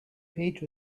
page